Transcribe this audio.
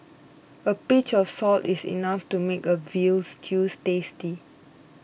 a pinch of salt is enough to make a Veal Stew tasty